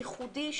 ייחודי,